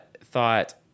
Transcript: Thought –